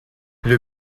les